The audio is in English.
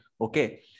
Okay